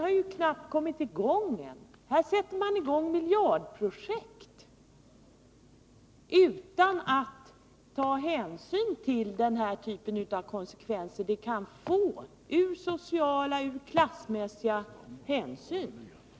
Utredningen har knappt kommit i gång, och här startar man nu ett miljardprojekt utan att ta hänsyn till de konsekvenser det kan få ur sociala och klassmässiga synpunkter.